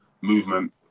movement